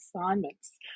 assignments